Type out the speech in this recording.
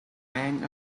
end